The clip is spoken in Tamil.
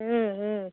ம் ம்